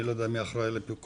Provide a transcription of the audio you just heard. אני לא יודע מי אחראי על הפיקוח,